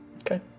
Okay